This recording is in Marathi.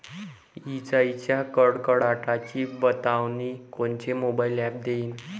इजाइच्या कडकडाटाची बतावनी कोनचे मोबाईल ॲप देईन?